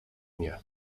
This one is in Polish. nie